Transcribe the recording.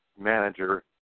manager